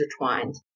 intertwined